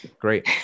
great